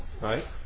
Right